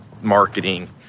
marketing